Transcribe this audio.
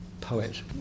poet